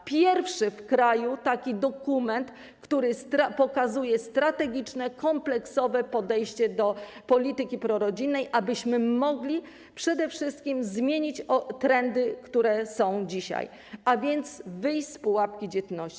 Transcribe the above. To pierwszy w kraju taki dokument, który pokazuje strategiczne, kompleksowe podejście do polityki prorodzinnej, abyśmy mogli przede wszystkim zmienić trendy, które są dzisiaj, a więc wyjść z pułapki dzietności.